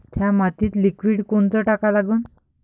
थ्या मातीत लिक्विड कोनचं टाका लागन?